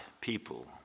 people